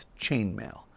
chainmail